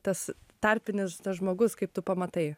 tas tarpinis tas žmogus kaip tu pamatai